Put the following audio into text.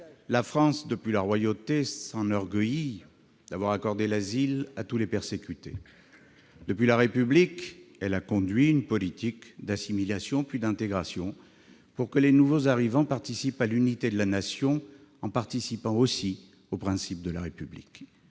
Karoutchi. Depuis la royauté, la France s'enorgueillit d'accorder l'asile à tous les persécutés. Depuis la République, elle conduit une politique d'assimilation, puis d'intégration, pour que les nouveaux arrivants participent à l'unité de la Nation et s'approprient les principes de la République.